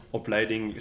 opleiding